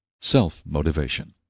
Self-Motivation